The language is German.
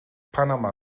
panama